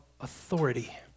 authority